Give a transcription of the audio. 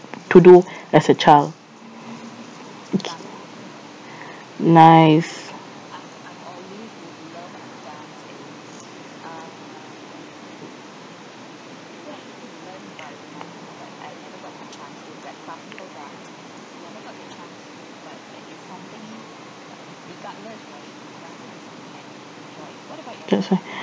to do as a child okay nice that's right